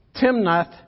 Timnath